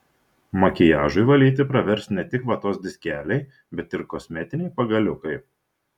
makiažui valyti pravers ne tik vatos diskeliai bet ir kosmetiniai pagaliukai